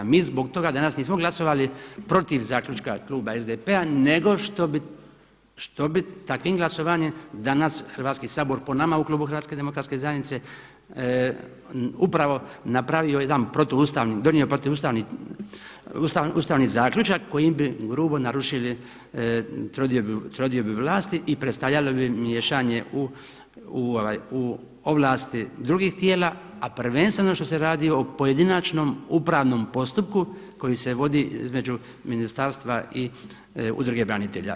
Mi zbog toga danas nismo glasovali protiv zaključka kluba SDP-a nego što bi takvim glasovanjem danas Hrvatski sabor po nama u klubu HDZ-a upravo napravio jedan protuustavni, donio protuustavni, ustavni zaključak kojim bi grubo narušili trodiobu vlasti i predstavljalo bi miješanje u ovlasti drugih tijela a prvenstveno što se radi o pojedinačnom upravnom postupku koji se vodi između ministarstva i Udruge branitelja.